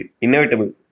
inevitable